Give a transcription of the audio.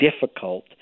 difficult